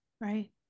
right